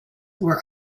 were